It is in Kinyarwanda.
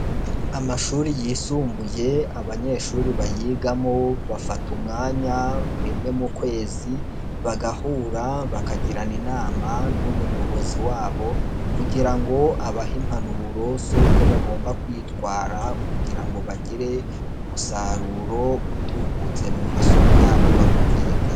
Amashuri yisumbuye abanyeshuri bayigamo bafata umwanya rimwe mu kwezi, bagahura bakagirana inama n'umuyobozi wabo kugira ngo abahe impanuro z'uko bagomba kwitwara kugira ngo bagire umusaruro utubutse mu masomo yabo baba biga.